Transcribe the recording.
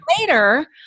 later